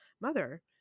mother